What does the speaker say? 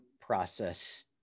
process